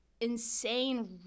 insane